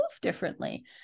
differently